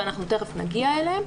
ואנחנו תיכף נגיע אליהם.